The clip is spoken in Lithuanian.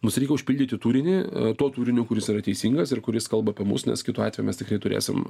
mums reikia užpildyti turinį tuo turiniu kuris yra teisingas ir kuris kalba apie mus nes kitu atveju mes tikrai turėsim